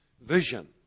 Vision